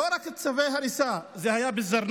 לא רק צווי הריסה, זה היה בא-זרנוק,